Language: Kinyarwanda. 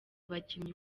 abakinnyi